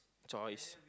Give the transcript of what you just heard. choice